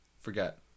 forget